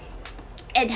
and